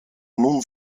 nun